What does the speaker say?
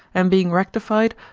and being rectified,